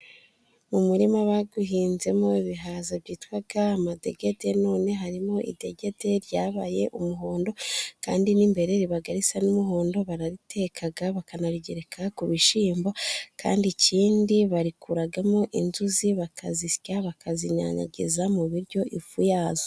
Mu murima bawuhinzemo ibihaza byitwa amadegede none harimo idegede ryabaye umuhondo kandi n'imbere riba risa n'umuhondo. Barariteka bakanarigereka ku bishyimbo kandi ikindi barikuramo inzuzi bakazisya bakazinyanyagiza mu biryo ifu yazo.